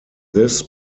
this